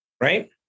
right